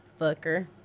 Fucker